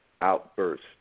outburst